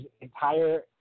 entire